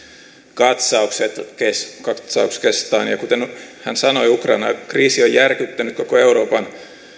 katsauksestaan kuten hän sanoi ukrainan kriisi on järkyttänyt koko euroopan